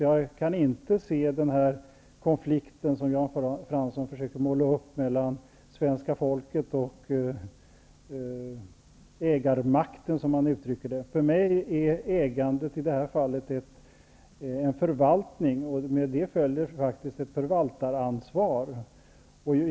Jag kan inte se den konflikt som Jan Fransson målar upp mellan svenska folket och ägarmakten, som han uttrycker det. För mig är ägandet i detta fall en förvaltning, och med det följer ett förvaltaransvar.